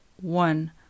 one